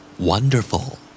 Wonderful